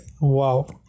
wow